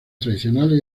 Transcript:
tradicionales